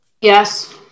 Yes